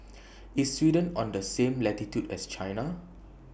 IS Sweden on The same latitude as China